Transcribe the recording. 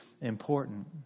important